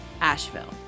Asheville